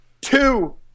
Two